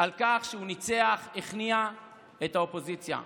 על כך שהוא ניצח, הכניע את הקואליציה.